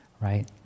right